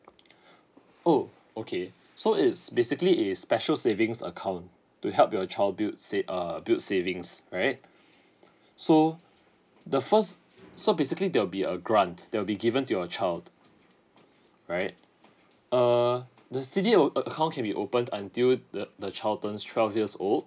oh okay so it is basically is special savings account to help your child build said err build savings right so the first so basically there will be a grant that will be given to your child right err the C D O uh account can be opened until the the child turns twelve years old